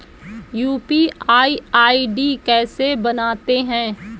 UPI ID कैसे बनाते हैं?